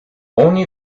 only